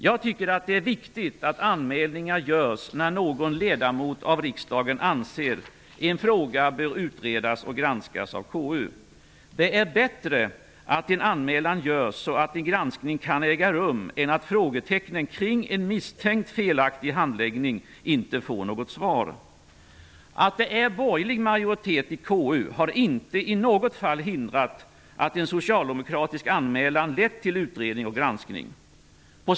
Jag tycker att det är viktigt att anmälningar görs, när någon ledamot av riksdagen anser att en fråga bör utredas och granskas av KU. Det är bättre att en anmälan görs, så att en granskning kan äga rum, än att frågorna kring en misstänkt felaktig handläggning inte får något svar. Att det är borgerlig majoritet i KU har inte i något fall hindrat att en socialdemokratisk anmälan lett till utredning och granskning.